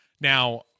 Now